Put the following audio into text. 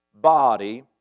body